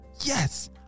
Yes